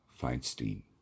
Feinstein